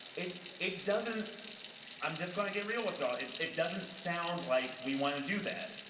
it it doesn't i'm just going to get real with you all. it it doesn't sound like we want to do that.